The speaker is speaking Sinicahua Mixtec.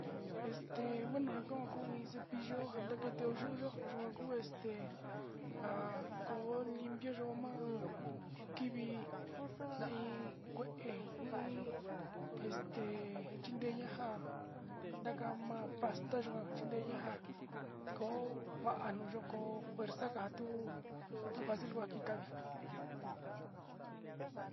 Este bueno njan kon kó iin cepillo naketio yuu yóo, yuu angu este nja kó limpio yuu ma'a tivi na'a iin kue, iin este chinre ña'a nján ndaka ma'a pasti yikuan chinreñanjan ko'o ve'e nuyoko fuerza nga tuu, tukuax kua kitaví.